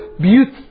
beauty